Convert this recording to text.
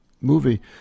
movie